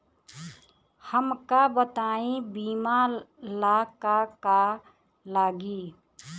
हमका बताई बीमा ला का का लागी?